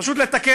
פשוט לתקן,